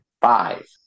Five